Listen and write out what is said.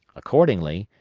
accordingly,